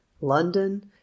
London